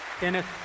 Dennis